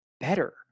better